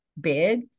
big